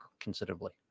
considerably